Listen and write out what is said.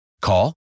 Call